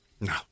No